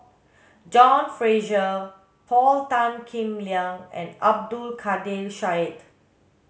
John Fraser Paul Tan Kim Liang and Abdul Kadir Syed